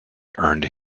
earned